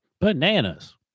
Bananas